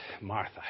Martha